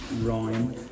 rhyme